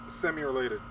semi-related